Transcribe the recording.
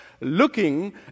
looking